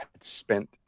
spent